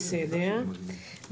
בסדר,